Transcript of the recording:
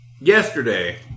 yesterday